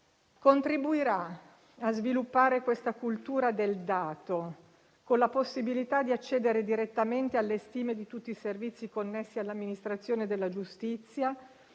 contribuirà a sviluppare questa cultura del dato, con la possibilità di accedere direttamente alle stime di tutti i servizi connessi all'amministrazione della giustizia,